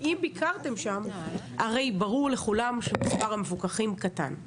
ואם ביקרתם שם הרי ברור לכולם שמספר המפוקחים קטן.